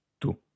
tu